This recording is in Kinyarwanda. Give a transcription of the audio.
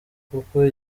kuko